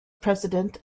president